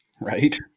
Right